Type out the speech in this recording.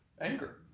anger